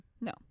No